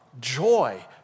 joy